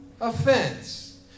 Offense